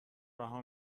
رها